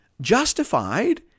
justified